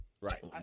Right